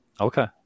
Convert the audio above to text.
Okay